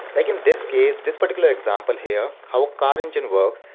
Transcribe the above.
like in this case, this particular example here, how car engine works.